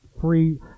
free